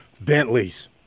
Bentleys